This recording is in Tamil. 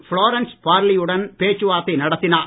புளோரன்ஸ் பார்லியுடன் பேச்சுவார்த்தை நடத்தினார்